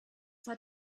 hat